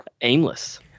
aimless